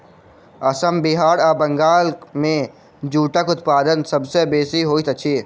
असम बिहार आ बंगाल मे जूटक उत्पादन सभ सॅ बेसी होइत अछि